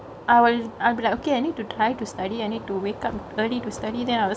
I will I be like okay I need to try to study I need to wake up early to study then I was